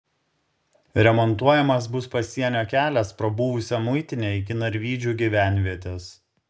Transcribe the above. remontuojamas bus pasienio kelias pro buvusią muitinę iki narvydžių gyvenvietės